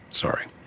sorry